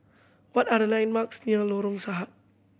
what are the landmarks near Lorong Sahad